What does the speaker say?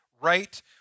right